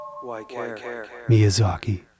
Miyazaki